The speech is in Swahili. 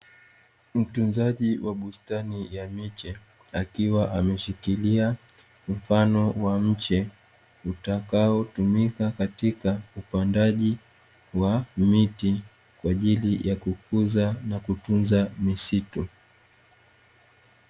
Mtunzaji wa bustani ya miche akiwa ameshikilia mfano wa mche, utakaotumika katika upandaji wa miti kwaajili ya kukuza na kutunza misitu.